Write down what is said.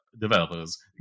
developers